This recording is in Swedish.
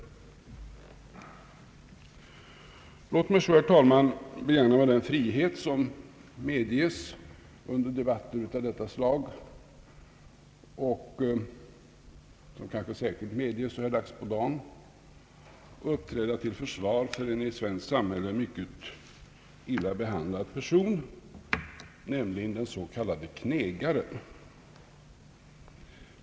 Låt mig så, herr talman, begagna mig av den frihet som medges under debatter av detta slag — och som kanske särskilt medges så här dags på dagen — och uppträda till försvar för en i svenskt samhälle mycket illa behandlad person, nämligen den s.k. knegaren.